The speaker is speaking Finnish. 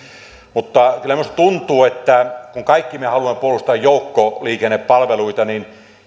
kyllä minusta tuntuu että kun kaikki me haluamme puolustaa joukkoliikennepalveluita niin